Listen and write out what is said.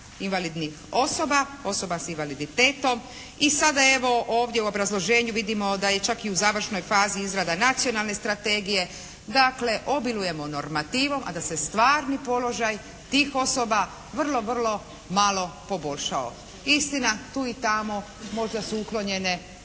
invalidnih osoba, osoba s invaliditetom i sada evo ovdje u obrazloženju vidimo da je čak i u završnoj fazi izrada nacionalne strategije. Dakle, obilujemo normativom a da se stvarni položaj tih osoba vrlo, vrlo malo poboljšao. Istina tu i tamo možda su uklonjene